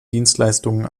dienstleistungen